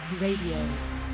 Radio